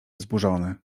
wzburzony